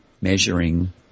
measuring